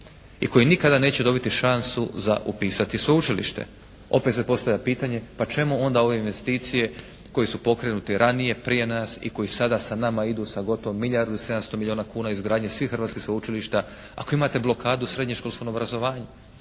i koji nikada neće dobiti šansu za upisati sveučilište. Opet se postavlja pitanje pa čemu onda ove investicije koje su pokrenute ranije, prije nas i koji sada sa nama idu sa gotovo milijardu i 700 milijuna kuna izgradnje svih hrvatskih sveučilišta. Ako imate blokadu u srednješkolskom obrazovanju.